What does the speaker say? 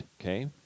okay